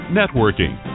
networking